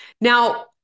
Now